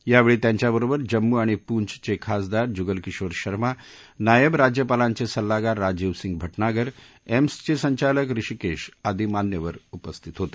यावेळी त्यांच्याबरोबर जम्मू आणि पूंछ चे खासदार जुगल किशोर शर्मा नायब राज्यपालांचे सल्लागार राजीव सिंग भटनागर एम्सचे संचालक कृषीकेश आदी मान्यवर उपस्थित होते